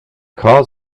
car